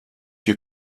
you